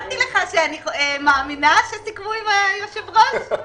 כשהייתם אומרים לה שסיכמו עם גפני,